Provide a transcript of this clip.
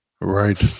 right